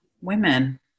women